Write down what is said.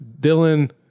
Dylan